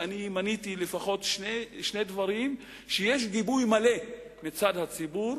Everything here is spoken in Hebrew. ואני מניתי לפחות שני דברים שיש גיבוי מלא מצד הציבור